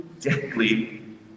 deadly